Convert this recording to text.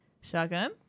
Shotgun